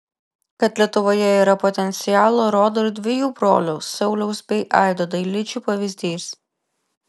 kad lietuvoje yra potencialo rodo ir dviejų brolių sauliaus bei aido dailidžių pavyzdys